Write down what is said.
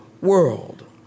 world